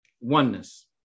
oneness